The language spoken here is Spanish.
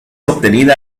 obtenida